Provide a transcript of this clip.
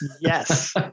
Yes